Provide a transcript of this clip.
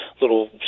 little